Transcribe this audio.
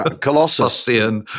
Colossus